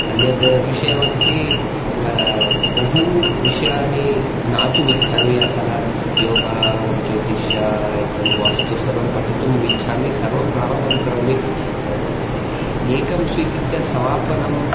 अन्यद् विषयमस्ति बहू विषयाणि ज्ञातुमिच्छामि अतः योगा ज्योतिष तद् वास्तु सर्वं पठितुम् इच्छामि सर्वं प्रारम्भं करोमि एकं स्वीकृत्य समापनं